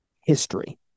history